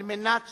על מנת